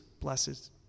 blesses